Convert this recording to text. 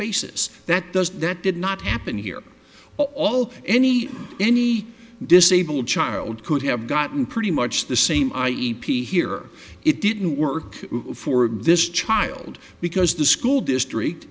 basis that those that did not happen here all any any disabled child could have gotten pretty much the same i e p here it didn't work for this child because the school district